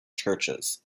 churches